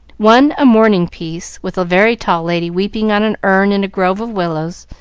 one a mourning piece, with a very tall lady weeping on an urn in a grove of willows,